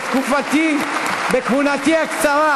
בכהונתי הקצרה.